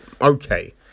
okay